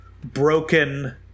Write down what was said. broken